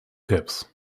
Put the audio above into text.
tips